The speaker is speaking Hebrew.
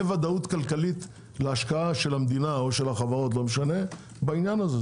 ודאות כלכלית להשקעת המדינה או של החברות בעניין הזה.